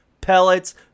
pellets